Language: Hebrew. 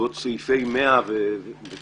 בסביבות סעיף 100 וקצת,